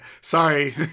sorry